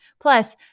Plus